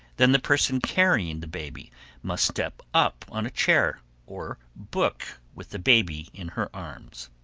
then the person carrying the baby must step up on a chair or book with the baby in her arms.